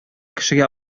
кешегә